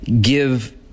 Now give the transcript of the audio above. give